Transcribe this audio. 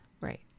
Right